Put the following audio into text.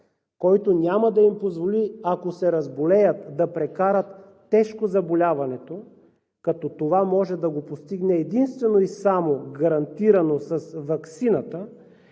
и няма да им позволи, ако се разболеят, да прекарат тежко заболяването – това може да се постигне единствено и само гарантирано с ваксината,